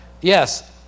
Yes